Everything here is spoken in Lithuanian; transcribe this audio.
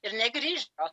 ir negrįžo